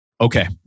Okay